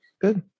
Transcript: good